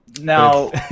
Now